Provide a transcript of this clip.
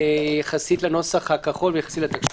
יחסית לנוסח הכחול ויחסית לתקש"ח.